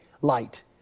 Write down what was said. Light